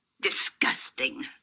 Disgusting